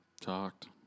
Talked